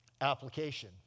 Application